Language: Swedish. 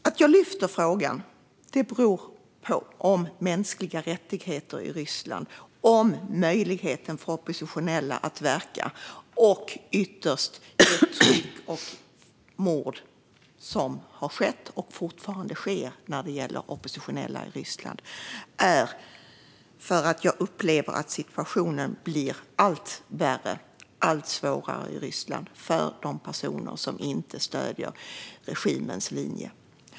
Anledningen till att jag tar upp frågor om mänskliga rättigheter i Ryssland, om möjligheten för oppositionella att verka och ytterst om förtryck och mord som har drabbat och drabbar oppositionella i Ryssland är att jag upplever att situationen i Ryssland blir allt svårare för de personer som inte stöder regimens linje.